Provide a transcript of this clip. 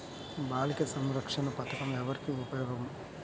బాలిక సంరక్షణ పథకం ఎవరికి ఉపయోగము?